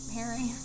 Harry